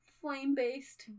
flame-based